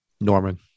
Norman